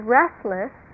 restless